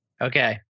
Okay